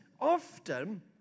often